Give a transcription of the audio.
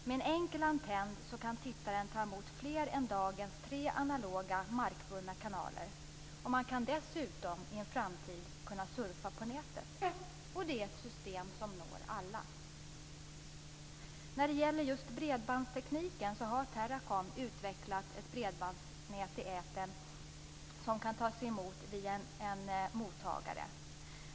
Med en enkel antenn kan tittaren ta emot fler än dagens tre analoga markbundna kanaler, och i en framtid kan man dessutom surfa på nätet. Det är ett system som når alla. När det gäller just bredbandstekniken har Teracom utvecklat ett bredbandsnät i etern som kan tas emot via en mottagare.